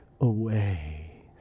away